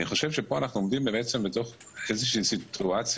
אני חושב שפה אנחנו עומדים בתוך איזושהי סיטואציה,